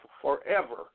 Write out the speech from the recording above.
forever